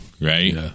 right